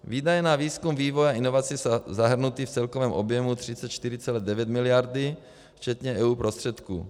Výdaje na výzkum, vývoj a inovaci jsou zahrnuty v celkovém objemu 34,9 mld. včetně EU prostředků.